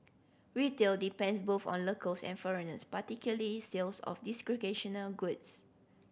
retail depends both on locals and foreigners particularly sales of d goods